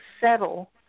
settle